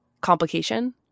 complication